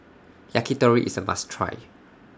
Yakitori IS A must Try